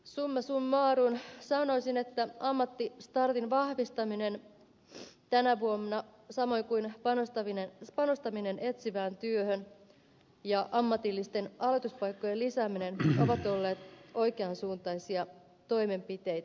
summa summarum sanoisin että ammattistartin vahvistaminen tänä vuonna samoin kuin panostaminen etsivään työhön ja ammatillisten aloituspaikkojen lisääminen ovat olleet oikeansuuntaisia toimenpiteitä